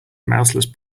mouseless